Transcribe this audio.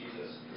Jesus